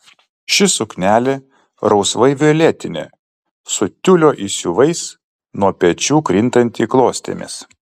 ši suknelė rausvai violetinė su tiulio įsiuvais nuo pečių krintanti klostėmis